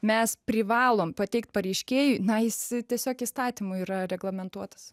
mes privalom pateikt pareiškėjui na jis tiesiog įstatymu yra reglamentuotas